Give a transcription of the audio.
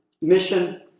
mission